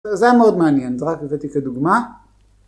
זה היה מאוד מעניין זה רק הבאתי כדוגמה